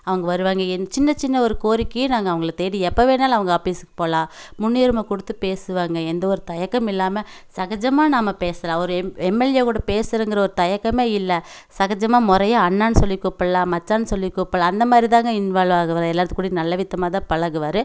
அவங்க வருவாங்க என் சின்ன சின்ன ஒரு கோரிக்கையை நாங்கள் அவங்களைத் தேடி எப்போ வேணுனாலும் அவங்க ஆஃபீஸுக்கு போகலாம் முன்னுரிமை கொடுத்து பேசுவாங்க எந்த ஒரு தயக்கம் இல்லாமல் சகஜமாக நாம பேசலாம் ஒரு எம் எம் எல் ஏ கூட பேசறோங்கற ஒரு தயக்கமே இல்லை சகஜமாக முறையா அண்ணான்னு சொல்லி கூப்பிடலாம் மச்சான்னு சொல்லி கூப்பிடலாம் அந்தமாதிரி தான்ங்க இன்வால்வ் ஆகுவார் எல்லாருத்துக்கு கூடையும் நல்ல விதமாகதான் பழகுவாரு